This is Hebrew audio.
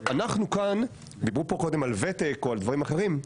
אנחנו כאן דיברו פה קודם על ותק או על דברים אחרים.